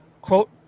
Quote